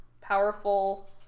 powerful